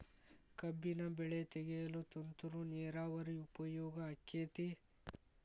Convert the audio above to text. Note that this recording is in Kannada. ಕಬ್ಬಿನ ಬೆಳೆ ತೆಗೆಯಲು ತುಂತುರು ನೇರಾವರಿ ಉಪಯೋಗ ಆಕ್ಕೆತ್ತಿ?